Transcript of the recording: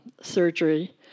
surgery